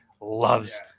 loves